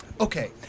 Okay